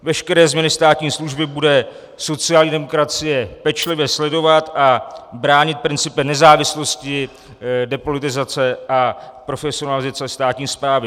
Veškeré změny státní služby bude sociální demokracie pečlivě sledovat a bránit principy nezávislosti, depolitizace a profesionalizace státní správy.